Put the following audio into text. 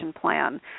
plan